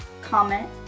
Comment